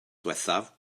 ddiwethaf